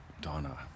Donna